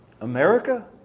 America